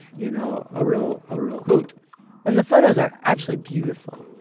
you know, a real ah real hoot and the photos are actually beautiful,